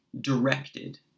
directed